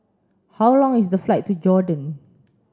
how long is the flight to Jordan